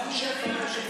אנחנו מדברים על תקציבים.